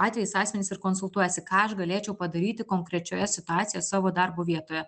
atvejais asmenys ir konsultuojasi ką aš galėčiau padaryti konkrečioje situacijoje savo darbo vietoje